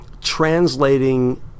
translating